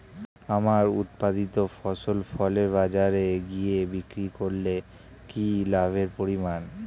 আমার উৎপাদিত ফসল ফলে বাজারে গিয়ে বিক্রি করলে কি লাভের পরিমাণ?